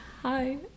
Hi